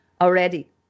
already